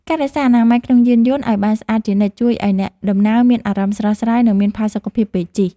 ការរក្សាអនាម័យក្នុងយានយន្តឱ្យបានស្អាតជានិច្ចជួយឱ្យអ្នកដំណើរមានអារម្មណ៍ស្រស់ស្រាយ និងមានផាសុកភាពពេលជិះ។